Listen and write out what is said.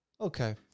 Okay